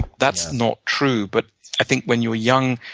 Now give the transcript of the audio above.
that's not true, but i think when you're young,